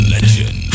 Legend